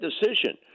decision